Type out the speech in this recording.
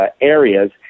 areas